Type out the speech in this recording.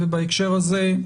ובהקשר הזה,